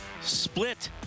split